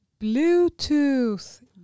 Bluetooth